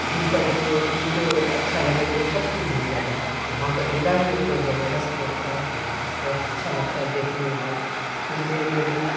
دل کا جو دل کو اچھا لگے وہ سب کچھ مل جاتا ہے وہاں کا میلہ ہی اتنا زبردست لگتا ہے کہ بہت اچھا لگتا ہے دیکھنے اور سننے میں بھی